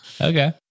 Okay